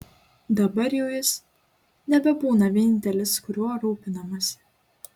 dabar jau jis nebebūna vienintelis kuriuo rūpinamasi